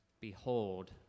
Behold